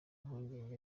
impungenge